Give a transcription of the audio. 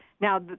Now